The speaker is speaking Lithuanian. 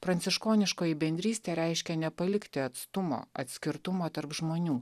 pranciškoniškoji bendrystė reiškia nepalikti atstumo atskirtumo tarp žmonių